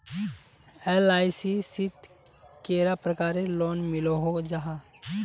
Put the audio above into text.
LIC शित कैडा प्रकारेर लोन मिलोहो जाहा?